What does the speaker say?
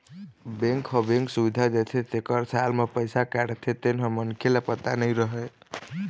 bank ह bank सुबिधा देथे तेखर साल म पइसा काटथे तेन ह मनखे ल पता नइ रहय